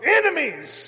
enemies